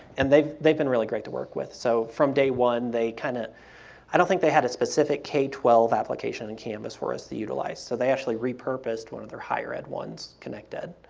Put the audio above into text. and they've they've been really great to work with, so from day one, they kind of i don't think they had a specific k twelve application in canvas for us to utilize. so they actually re-purposed one of their higher ed ones connected.